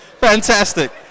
fantastic